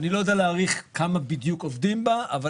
אני לא יודע להעריך כמה בדיוק עובדים באותה שרשרת,